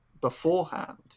beforehand